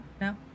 No